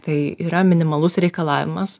tai yra minimalus reikalavimas